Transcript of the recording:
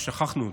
ששכחנו אותו: